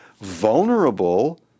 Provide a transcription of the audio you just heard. vulnerable